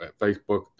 Facebook